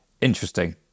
Interesting